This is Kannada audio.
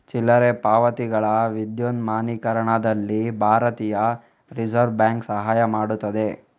ಚಿಲ್ಲರೆ ಪಾವತಿಗಳ ವಿದ್ಯುನ್ಮಾನೀಕರಣದಲ್ಲಿ ಭಾರತೀಯ ರಿಸರ್ವ್ ಬ್ಯಾಂಕ್ ಸಹಾಯ ಮಾಡುತ್ತದೆ